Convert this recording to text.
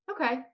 Okay